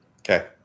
Okay